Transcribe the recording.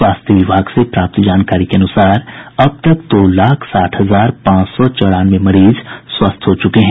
स्वास्थ्य विभाग से प्राप्त जानकारी के अनुसार अब तक दो लाख साठ हजार पांच सौ चौरानवे मरीज स्वस्थ हो चुके हैं